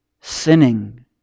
sinning